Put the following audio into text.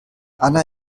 anna